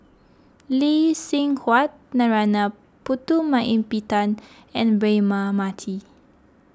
Lee Seng Huat Narana Putumaippittan and Braema Mathi